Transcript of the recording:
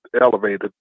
elevated